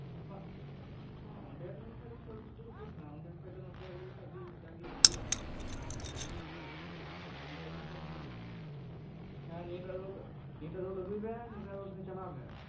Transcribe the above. ᱟᱵᱟᱨ ᱚᱸᱰᱮ ᱛᱟᱦᱮᱸᱱ ᱠᱷᱟᱡ ᱫᱚ ᱯᱷᱟᱞᱛᱩ ᱫᱩᱲᱩᱵ ᱜᱮ ᱛᱟᱦᱮᱸᱱᱟ ᱚᱸᱰᱮ ᱠᱷᱚᱡ ᱫᱚ ᱱᱚᱛᱮ ᱟᱹᱜᱩ ᱞᱮᱠᱷᱟᱡ ᱡᱟᱜᱮ ᱦᱩᱭᱩᱜᱼᱟ ᱛᱚ ᱱᱚᱰᱮ ᱟᱹᱜᱩ ᱞᱮᱠᱷᱟᱡ ᱱᱤᱭᱟᱹᱴᱟᱜ ᱦᱮᱸ ᱱᱤᱭᱟᱹᱴᱟᱜ ᱨᱳᱰ ᱱᱤᱭᱟᱹᱴᱟᱜ ᱨᱳᱰ ᱟᱹᱜᱩᱭ ᱵᱮᱱ ᱱᱤᱭᱟᱹᱴᱟᱜ ᱨᱳᱰ ᱨᱮ ᱪᱟᱞᱟᱣ ᱵᱮᱱ